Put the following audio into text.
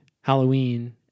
Halloween